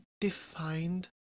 defined